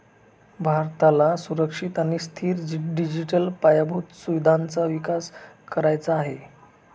भारताला सुरक्षित आणि स्थिर डिजिटल पायाभूत सुविधांचा विकास करायचा आहे